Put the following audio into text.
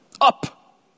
up